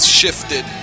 shifted